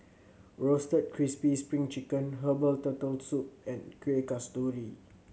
Roasted Crispy Spring Chicken herbal Turtle Soup and Kueh Kasturi